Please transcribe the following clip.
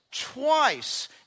Twice